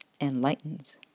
enlightens